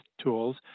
tools